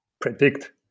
predict